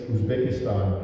Uzbekistan